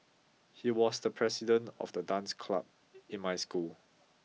he was the president of the dance club in my school